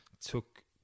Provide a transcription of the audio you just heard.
took